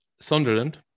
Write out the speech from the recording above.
Sunderland